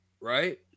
right